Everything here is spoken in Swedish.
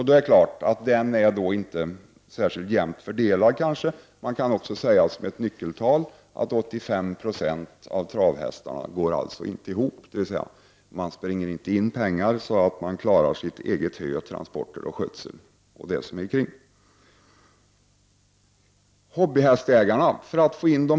Den är då kanske inte särskilt jämnt fördelad. Man kan också säga som ett nyckeltal att 85 970 av travhästarna inte går ihop, dvs. de springer inte in pengar så att de klarar sitt eget hö, sina egna transporter och sin egen skötsel och annat som krävs.